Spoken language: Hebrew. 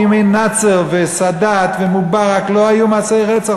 מנאצר וסאדאת ומובארק לא היו מעשי רצח,